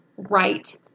Right